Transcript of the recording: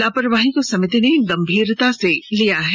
लापरवाही को समिति ने गंभीरता से लिया है